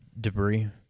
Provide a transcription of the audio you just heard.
debris